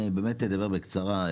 אני באמת אדבר בקצרה,